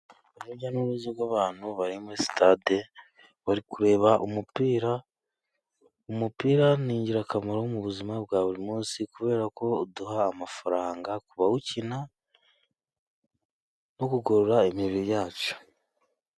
Urujya n'uruza gw'abantu bari muri sitade bari kureba umupira. Umupira ni ingirakamaro mu buzima bwa buri munsi kubera ko uduha amafaranga kubawukina no kugorora imibiri yacu.